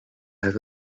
have